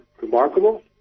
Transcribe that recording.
remarkable